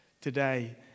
today